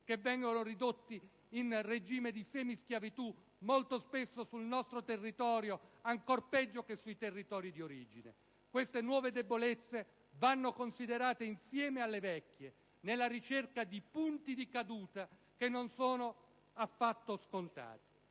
vengono ridotti in regime di semischiavitù ancor peggio che nei loro Paesi di origine. Queste nuove debolezze vanno considerate insieme alle vecchie nella ricerca di punti di caduta che non sono affatto scontati.